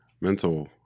mental